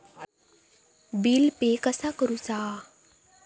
Bill pay कसा करुचा?